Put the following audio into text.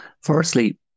Firstly